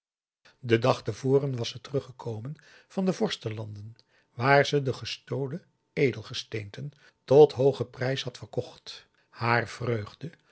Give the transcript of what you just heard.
den dag te voren was ze teruggekomen van de vorstenlanden waar ze de gestolen edelgesteenten tot hooge prijzen had verkocht haar vreugde